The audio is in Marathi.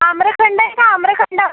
आम्रखंड आहे का आम्रखंड